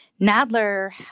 Nadler